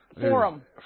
Forum